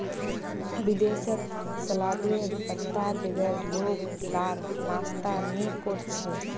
विदेशत सलादेर पत्तार बगैर लोग लार नाश्ता नि कोर छे